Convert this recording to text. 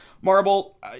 Marble